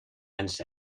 ens